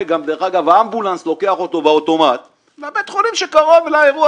האמבולנס לוקח אותו באוטומט לבית החולים שקרוב למקום